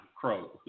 Crow